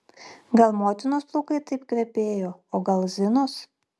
gal motinos plaukai taip kvepėjo o gal zinos